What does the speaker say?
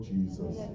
Jesus